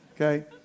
Okay